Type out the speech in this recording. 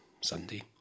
Sunday